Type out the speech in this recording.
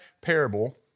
parable